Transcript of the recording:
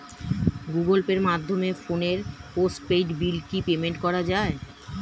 Google পের মাধ্যমে ফোনের পোষ্টপেইড বিল কি পেমেন্ট করা যায়?